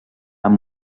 amb